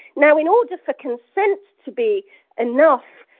now, in order for consent to be enough,